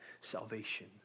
salvation